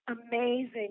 amazing